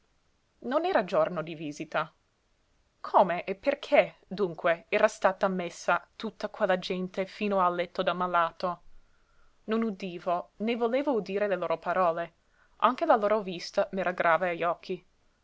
non era giorno di visita come e perché dunque era stata ammessa tutta quella gente fino al letto del malato non udivo né volevo udire le loro parole anche la loro vista m'era grave agli occhi